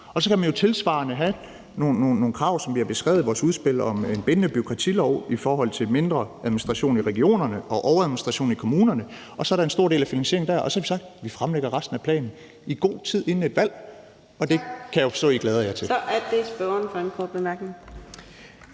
kr. Så kan man jo tilsvarende have nogle krav, som vi har beskrevet i vores udspil om en bindende bureaukratilov, om mindre administration i regionerne og overadministration i kommunerne, og så er der en stor del af finansieringen der. Og som sagt fremlægger vi resten af planen i god tid inden et valg. Og det kan jeg jo forstå at I glæder jer til. Kl. 15:34 Fjerde næstformand (Karina